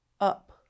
up